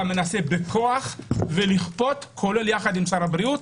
מנסה בכוח ולכפות כולל עם שר הבריאות.